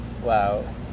Wow